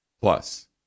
Plus